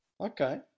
Okay